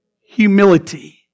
humility